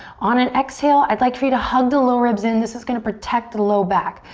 on an exhale, i'd like for you to hug the low ribs in, this is gonna protect low back.